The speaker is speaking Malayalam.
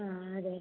ആ അതേ